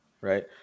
right